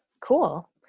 cool